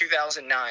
2009